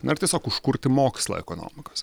na ir tiesiog užkurti mokslą ekonomikos